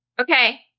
Okay